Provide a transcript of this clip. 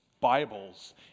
Bibles